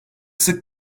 sık